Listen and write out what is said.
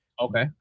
Okay